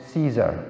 Caesar